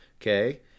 Okay